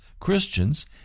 Christians